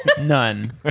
None